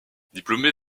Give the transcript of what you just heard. diplômé